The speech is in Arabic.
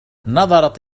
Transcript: نظرت